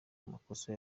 amakosa